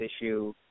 issue